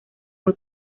muy